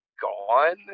gone